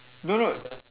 no no